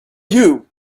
you